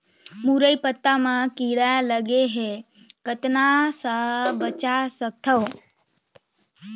मुरई पतई म कीड़ा लगे ह कतना स बचा सकथन?